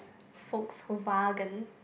Volkswagen